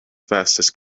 fastest